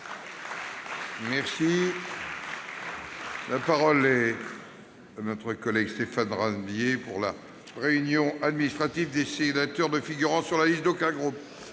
... La parole est à M. Stéphane Ravier, pour la réunion administrative des sénateurs ne figurant sur la liste d'aucun groupe.